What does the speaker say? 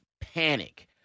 panic